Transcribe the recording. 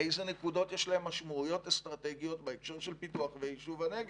לאילו נקודות יש משמעויות אסטרטגיות בהקשר של פיתוח ויישוב הנגב,